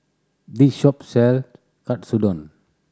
this shop sell Katsudon